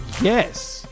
Yes